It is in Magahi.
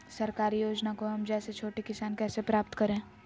सरकारी योजना को हम जैसे छोटे किसान कैसे प्राप्त करें?